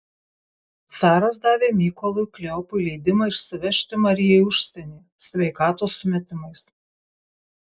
caras davė mykolui kleopui leidimą išsivežti mariją į užsienį sveikatos sumetimais